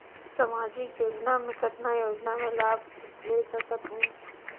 समाजिक योजना मे कतना योजना मे लाभ ले सकत हूं?